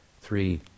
three